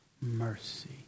mercy